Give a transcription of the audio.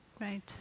Right